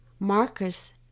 Marcus